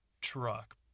truck